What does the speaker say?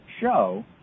show